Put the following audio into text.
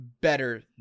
better